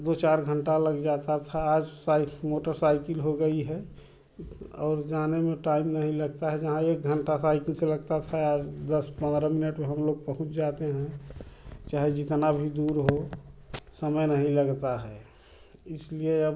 दो चार घंटा लग जाता था आज साइ मोटर साइकिल हो गई है और जाने में टाइम नहीं लगता है जहाँ एक घंटा साइकिल से लगता था आज दस पंद्रह मिनट में हम लोग पहुँच जाते हैं चाहे जितना भी दूर हो समय नहीं लगता है इसलिए अब